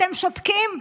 אתם שותקים.